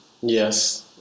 Yes